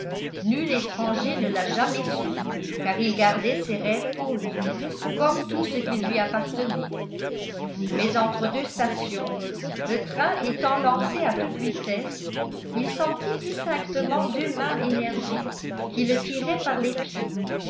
nul étranger ne l'a jamais su car il gardait ses rêves pour lui comme tout ce qui lui appartenait mais entre deux stations le train étant lancé à toute vitesse il sentit distinctement deux mains énergiques qui le tiraient par les pieds